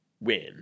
win